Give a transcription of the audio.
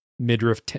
midriff